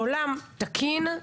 בעולם תקין,